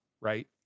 right